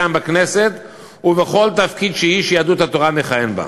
כאן בכנסת ובכל תפקיד שאיש יהדות התורה מכהן בו.